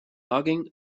logging